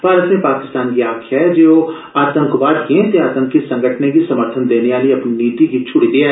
भारत नै पाकिस्तान गी आक्खेआ ऐ जे ओ आतंकवादिएं ते आतंकी संगठनें गी समर्थन देने आली अपनी नीति गी द्ड़ी देयै